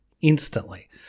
instantly